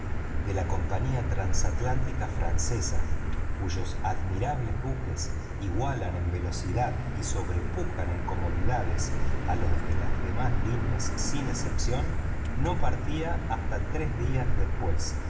de la compañía transatlántica francesa cuyos admirables buques igualan en velocidad y sobrepujan en comodidades a los de las demás líneas sin excepción no partía hasta tres días después